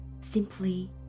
Simply